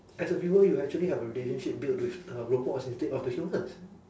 as a viewer you actually have a relationship built with the robots instead of the humans